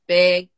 big